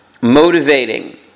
motivating